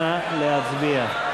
נא להצביע.